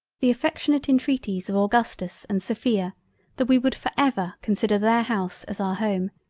the affectionate entreaties of augustus and sophia that we would for ever consider their house as our home,